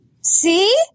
See